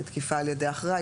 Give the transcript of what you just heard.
תקיפה על ידי אחראי,